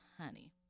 honey